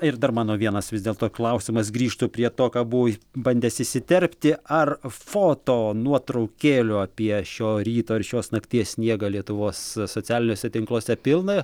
ir dar mano vienas vis dėlto klausimas grįžtu prie to ką buvau bandęs įsiterpti ar foto nuotraukėlių apie šio ryto ir šios nakties sniegą lietuvos socialiniuose tinkluose pilna